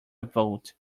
vote